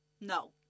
No